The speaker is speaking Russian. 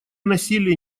насилие